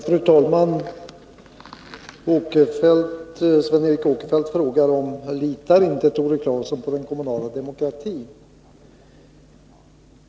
Fru talman! Sven Eric Åkerfeldt frågar: Litar inte Tore Claeson på den kommunala demokratin?